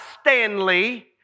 Stanley